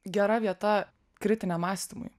gera vieta kritiniam mąstymui